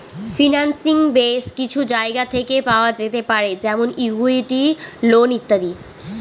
financing base কিছু জায়গা থেকে পাওয়া যেতে পারে যেমন ইকুইটি, লোন ইত্যাদি